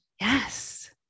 Yes